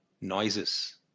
noises